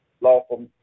lawful